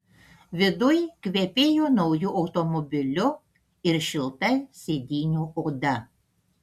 viduj kvepėjo nauju automobiliu ir šilta sėdynių oda